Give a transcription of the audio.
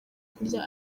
kurya